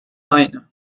aynı